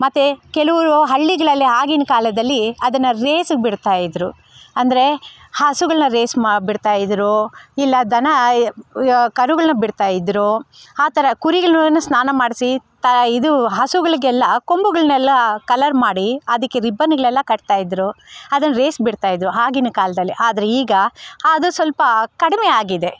ಮತ್ತೆ ಕೆಲವರು ಹಳ್ಳಿಗಳಲ್ಲಿ ಆಗಿನ ಕಾಲದಲ್ಲಿ ಅದನ್ನು ರೇಸಗೆ ಬಿಡ್ತಾಯಿದ್ರು ಅಂದರೆ ಹಸುಗಳ ರೇಸ್ ಮಾ ಬಿಡ್ತಾಯಿದ್ರು ಇಲ್ಲ ದನ ಕರುಗಳನ್ನ ಬಿಡ್ತಾಯಿದ್ರು ಆ ಥರ ಕುರಿಗಳನ್ನು ಸ್ನಾನ ಮಾಡಿಸಿ ಥರ ಇದೂ ಹಸುಗಳಿಗೆಲ್ಲ ಕೊಂಬುಗಳನ್ನೆಲ್ಲ ಕಲರ್ ಮಾಡಿ ಅದಕ್ಕೆ ರಿಬ್ಬನ್ಗಳೆಲ್ಲ ಕಟ್ತಾಯಿದ್ರು ಅದನ್ನು ರೇಸ್ ಬಿಡ್ತಾಯಿದ್ರು ಆಗಿನ ಕಾಲದಲ್ಲಿ ಆದರೆ ಈಗ ಅದು ಸ್ವಲ್ಪ ಕಡಿಮೆ ಆಗಿದೆ